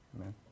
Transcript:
Amen